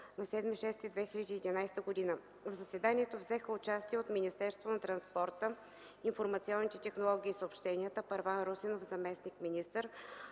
на 07.06.2011 г. В заседанието взеха участие от Министерство на транспорта, информационните технологии и съобщенията: Първан Русинов – заместник-министър,